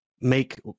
make